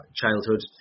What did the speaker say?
childhood